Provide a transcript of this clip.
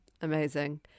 Amazing